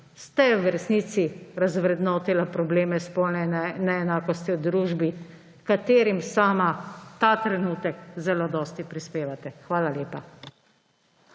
ste v resnici razvrednotili probleme spolne neenakosti v družbi, h katerim sama ta trenutek zelo dosti prispevate. Hvala lepa.